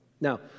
Now